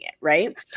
right